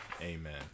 Amen